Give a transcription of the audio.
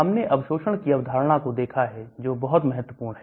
हमने अवशोषण की अवधारणा को देखा है जो बहुत महत्वपूर्ण है